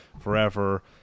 forever